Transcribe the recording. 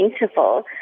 interval